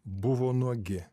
buvo nuogi